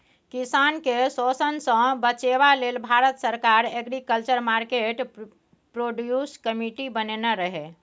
किसान केँ शोषणसँ बचेबा लेल भारत सरकार एग्रीकल्चर मार्केट प्रोड्यूस कमिटी बनेने रहय